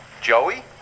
Joey